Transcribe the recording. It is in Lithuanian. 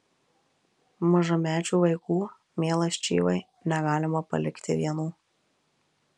mažamečių vaikų mielas čyvai negalima palikti vienų